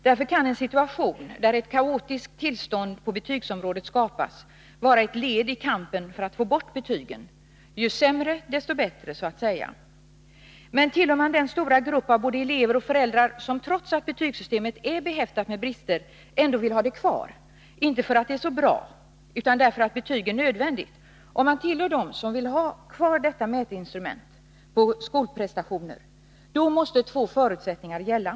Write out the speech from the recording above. Därför kan en kaotisk situation på betygsområdet vara ett led i kampen för att få bort betygen. Ju sämre, desto bättre — så att säga. Men tillhör man den stora grupp av både elever och föräldrar som trots att betygssystemet är behäftat med brister ändå vill ha det kvar som ett mätinstrument när det gäller skolprestationer — inte därför att det är så bra utan därför att betyg är nödvändiga — då måste två förutsättningar gälla.